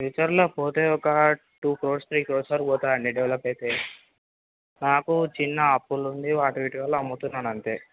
ఫ్యూచర్లో పోతే ఒక టూ క్రోర్స్ త్రీ క్రోర్స్ వరకు పోతుందండి డెవలప్ అయితే నాకు చిన్న అప్పులుండి వాటి వీటి వల్ల అమ్ముతున్నానంతే